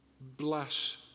bless